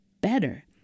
better